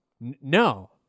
No